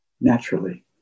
naturally